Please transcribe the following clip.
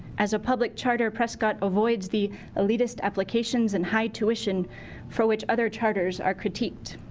as a public charter, prescott avoids the elitist applications and high tuition for which other charters are critiqued.